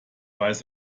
weiß